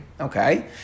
okay